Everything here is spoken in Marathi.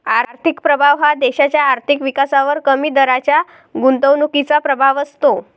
आर्थिक प्रभाव हा देशाच्या आर्थिक विकासावर कमी दराच्या गुंतवणुकीचा प्रभाव असतो